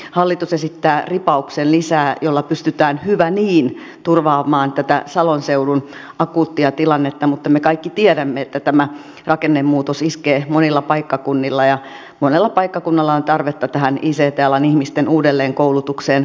hallitus esittää ripauksen lisää jolla pystytään hyvä niin turvaamaan tätä salon seudun akuuttia tilannetta mutta me kaikki tiedämme että tämä rakennemuutos iskee monilla paikkakunnilla ja monella paikkakunnalla on tarvetta tähän ict alan ihmisten uudelleenkoulutukseen